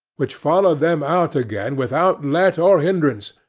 which followed them out again without let or hindrance,